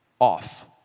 off